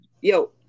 Yo